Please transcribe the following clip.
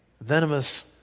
venomous